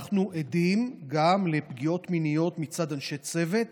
אנחנו עדים גם לפגיעות מיניות מצד אנשי צוות